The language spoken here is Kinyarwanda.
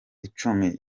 icumi